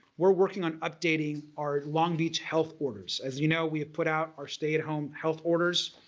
we're working on updating our long beach health orders. as you know we have put out our stay at home health orders.